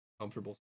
comfortable